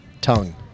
tongue